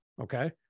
Okay